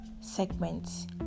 segments